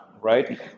right